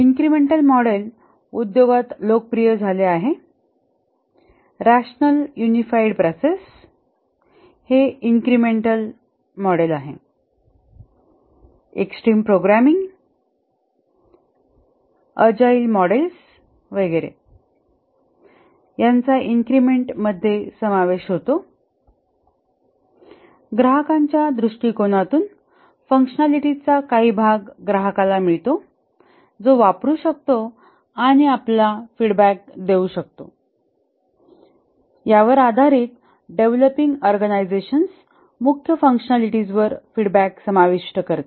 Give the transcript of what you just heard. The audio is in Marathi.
इन्क्रिमेंटल मॉडेल उद्योगात लोकप्रिय झाली आहे रॅशनल युनिफाईड प्रोसेस हे इन्क्रिमेंटल मॉडेल आहे एक्स्ट्रीम प्रोग्रामिंग अजाईल मॉडेल्स वगैरे यांचा इन्क्रिमेंट मध्ये समावेश होतो ग्राहकांच्या दृष्टिकोनातून फँकशनलिटीजचा काही भाग ग्राहकाला मिळतो जो वापरू शकतो आणि आपला फीडबॅक देऊ शकतो यावर आधारित डेव्हलपिंग ऑर्गनाईझेशन मुख्य फँकशनलिटीजवर फीडबॅक समाविष्ट करते